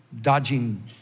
dodging